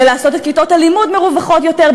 בכיתות לימוד מרווחות יותר,